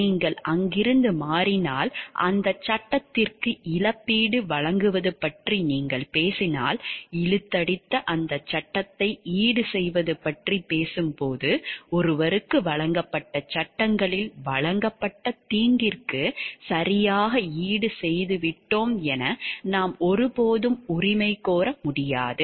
நீங்கள் அங்கிருந்து மாறினால் அந்தச் சட்டத்திற்கு இழப்பீடு வழங்குவது பற்றி நீங்கள் பேசினால் இழுத்தடித்த அந்தச் சட்டத்தை ஈடுசெய்வது பற்றிப் பேசும்போது ஒருவருக்கு வழங்கப்பட்ட சட்டங்களில் வழங்கப்பட்ட தீங்கிற்கு சரியாக ஈடுசெய்துவிட்டோம் என நாம் ஒருபோதும் உரிமை கோர முடியாது